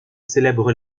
célèbre